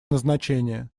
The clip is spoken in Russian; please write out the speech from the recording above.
назначения